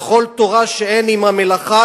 וכל תורה שאין עמה מלאכה,